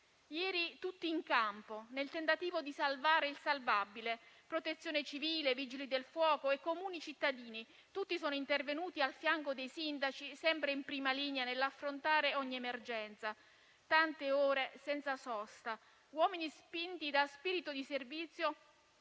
Ieri tutti erano in campo, nel tentativo di salvare il salvabile: Protezione civile, Vigili del fuoco e comuni cittadini; tutti sono intervenuti al fianco dei sindaci, sempre in linea nell'affrontare ogni emergenza; tante ore, senza sosta; uomini spinti da spirito di servizio